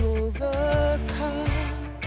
overcome